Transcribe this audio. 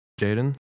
Jaden